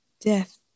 death